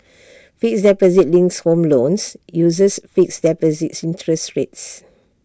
fixed deposit linked home loans uses fixed deposit interest rates